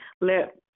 let